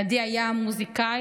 עדי היה מוזיקאי,